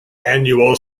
annual